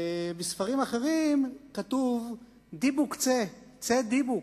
ובספרים אחרים כתוב "דיבוק צא, צא דיבוק".